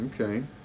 Okay